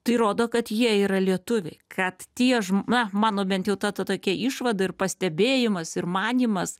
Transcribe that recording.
tai rodo kad jie yra lietuviai kad tie žm na mano bent jau ta ta tokia išvada ir pastebėjimas ir manymas